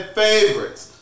favorites